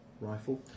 rifle